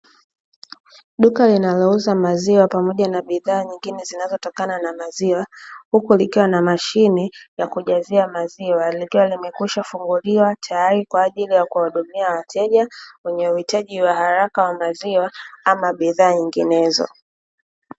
Duka linalouza maziwa, pamoja na bidhaa nyingine zinazotokana na maziwa, huku likiwa na mashine ya kujazia maziwa, likiwa limekwisha funguliwa, tayari kwa ajili ya kuwahudumia wateja wenye uhitaji wa haraka wa maziwa ama bidhaa nyinginezo.